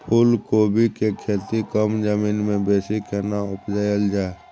फूलकोबी के खेती कम जमीन मे बेसी केना उपजायल जाय?